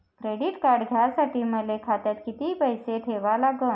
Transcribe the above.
Credit card घ्यासाठी मले खात्यात किती पैसे ठेवा लागन?